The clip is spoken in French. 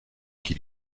qui